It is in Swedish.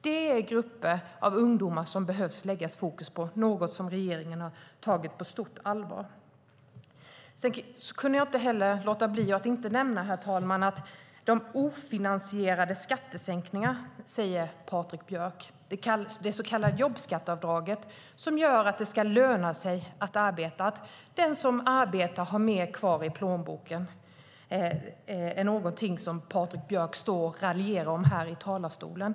Det är grupper av ungdomar som det behöver läggas fokus på. Det är något som regeringen har tagit på stort allvar. Sedan är det något jag inte kan låta bli att nämna, herr talman. Patrik Björck pratar om de ofinansierade skattesänkningarna. Det så kallade jobbskatteavdraget, som gör att det ska löna sig att arbeta, att den som arbetar har mer kvar i plånboken, är någonting som Patrik Björck står och raljerar över här i talarstolen.